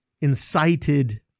incited